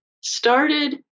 started